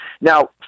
Now